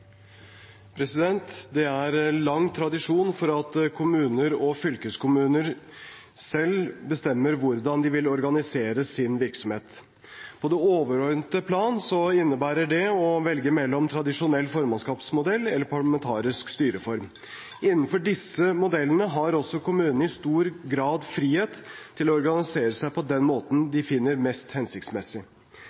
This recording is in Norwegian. imot. Det er lang tradisjon for at kommuner og fylkeskommuner selv bestemmer hvordan de skal organisere sin virksomhet. På det overordnede plan innebærer det å velge mellom en tradisjonell formannskapsmodell eller parlamentarisk styreform. Innenfor disse modellene har også kommunen i stor grad frihet til å organisere seg på den måten de finner mest hensiktsmessig.